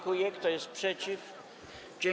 Kto jest przeciw?